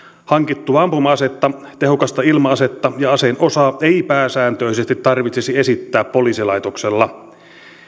hankittua ampuma asetta tehokasta ilma asetta ja aseen osaa ei pääsääntöisesti tarvitsisi esittää poliisilaitoksella